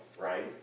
right